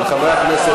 הצעות לסדר-היום מס'